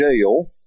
jail